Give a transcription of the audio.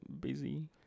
busy